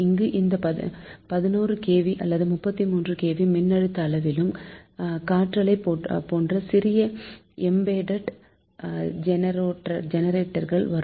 இங்கும் இந்த 11 kV அல்லது 33 kV மின்னழுத்த அளவிலும் காற்றாலை போன்ற சிறிய எம்பேடெட் ஜெனெரேட்டர்கள் வரும்